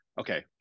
okay